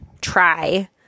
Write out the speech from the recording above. try